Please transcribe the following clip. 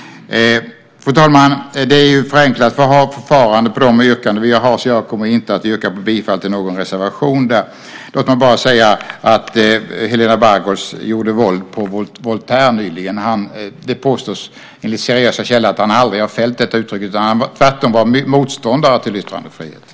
Fru talman! Det är ju ett förenklat förfarande beträffande yrkandena så jag yrkar inte bifall till någon reservation. Dock vill jag säga att Helena Bargholtz nyss gjorde våld på Voltaire. Det påstås, enligt seriösa källor, att han aldrig har fällt yttrandet i fråga utan att han tvärtom var motståndare till yttrandefriheten.